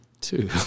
Two